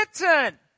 Written